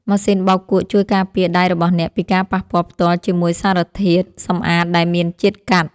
ម៉ាស៊ីនបោកគក់ជួយការពារដៃរបស់អ្នកពីការប៉ះពាល់ផ្ទាល់ជាមួយសារធាតុសម្អាតដែលមានជាតិកាត់។